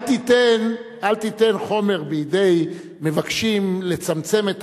אל תיתן חומר בידי המבקשים לצמצם את